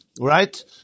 right